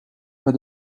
pas